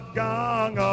gong